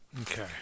Okay